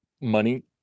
money